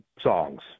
songs